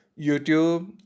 YouTube